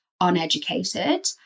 uneducated